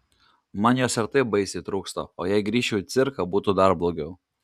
man jos ir taip baisiai trūksta o jei grįžčiau į cirką būtų dar blogiau